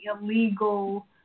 illegal